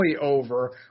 over